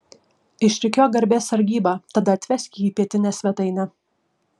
išrikiuok garbės sargybą tada atvesk jį į pietinę svetainę